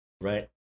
Right